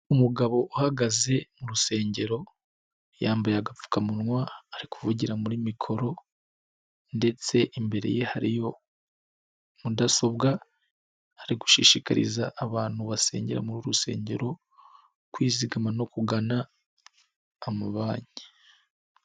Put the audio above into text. Umugabo uhagaze mu rusengero, yambaye agapfukamunwa ,ari kuvugira muri mikoro ndetse imbere ye hariyo mudasobwa, ari gushishikariza abantu basengera muri rusengero, kwizigama no kugana amabanki.